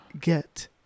get